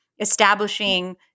establishing